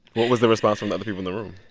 was the response from other people in the room?